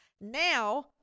Now